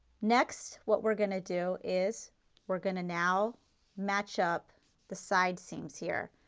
next what we are going to do is we are going to now match up the side seams here.